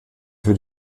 für